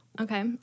Okay